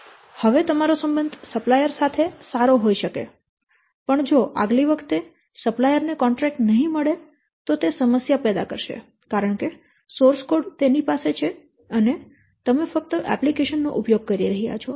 હવે તમારો સંબંધ સપ્લાયર સાથે સારો હોય શકે પણ જો આગલી વખતે સપ્લાયર ને કોન્ટ્રેક્ટ નહીં મળે તો તે સમસ્યા પેદા કરશે કારણકે સોર્સ કોડ તેની પાસે છે અને તમે ફક્ત એપ્લિકેશન નો ઉપયોગ કરી રહ્યાં છો